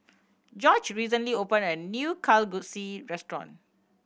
Jorge recently opened a new Kalguksu restaurant